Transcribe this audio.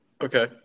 Okay